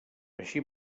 així